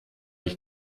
ich